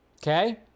okay